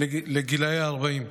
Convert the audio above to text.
עד גילי ה-40,